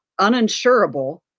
uninsurable